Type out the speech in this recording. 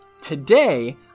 today